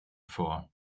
vor